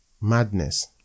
madness